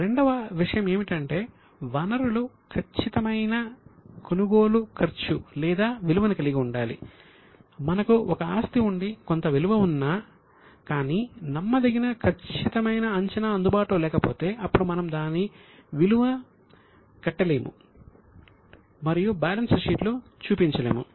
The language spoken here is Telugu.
రెండవ విషయం ఏమిటంటే వనరులు ఖచ్చితమైన కొలవగల ఖర్చు లేదా విలువను కలిగి ఉండాలి మనకు ఒక ఆస్తి ఉండి కొంత విలువ ఉన్నకానీ నమ్మదగినఖచ్చితమైన అంచనా అందుబాటులో లేకపోతే అప్పుడు మనము దానికి విలువ కట్టలేము మరియు బ్యాలెన్స్ షీట్లో చూపించలేము